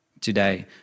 today